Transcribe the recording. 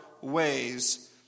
ways